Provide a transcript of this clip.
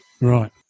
Right